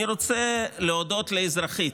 אני רוצה להודות לאזרחית,